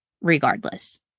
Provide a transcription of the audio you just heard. regardless